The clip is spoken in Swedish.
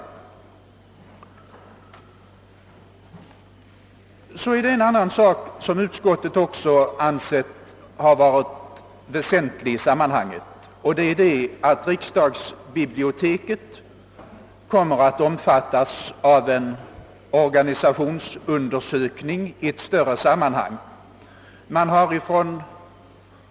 Härtill kommer en omständighet som utskottet också har ansett väsentlig, nämligen att riksdagsbiblioteket kommer att omfattas av en organisationsundersökning i ett större sammanhang.